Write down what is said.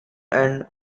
and